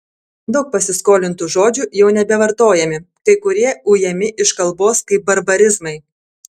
daug pasiskolintų žodžių jau nebevartojami kai kurie ujami iš kalbos kaip barbarizmai